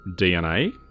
DNA